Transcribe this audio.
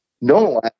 No